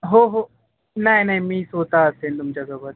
हो हो नाही नाही मी स्वतः असेन तुमच्यासोबत